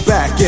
Back